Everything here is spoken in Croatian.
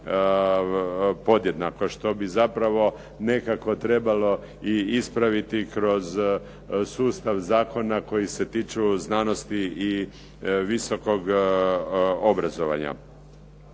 podjednako što bi zapravo nekako trebalo i ispraviti kroz sustav zakona koji se tiču znanosti i visokog obrazovanja.